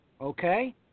okay